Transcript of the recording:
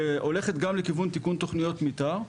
שהולכת גם לכיוון של תיקון תכניות מתאר,